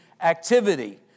activity